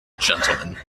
gentleman